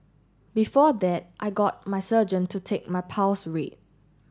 before that I got my surgeon to take my pulse rate